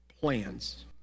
plans